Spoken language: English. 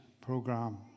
program